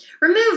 remove